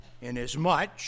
inasmuch